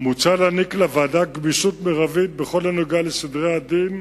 מוצע להעניק לוועדה גמישות מרבית בכל הנוגע לסדרי הדין,